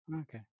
Okay